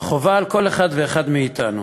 חובה על כל אחד ואחד מאתנו